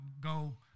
Go